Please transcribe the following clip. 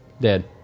Dead